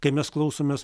kai mes klausomės